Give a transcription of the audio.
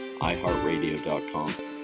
iHeartRadio.com